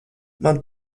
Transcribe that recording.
man